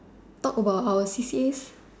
talk about our C_C_As